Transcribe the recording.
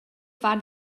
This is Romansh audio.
far